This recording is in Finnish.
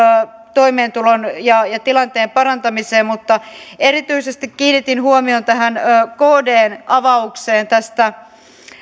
toimeentulon ja ja tilanteen parantamiseen mutta erityisesti kiinnitin huomion tähän kdn avaukseen tästä